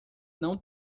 não